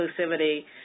inclusivity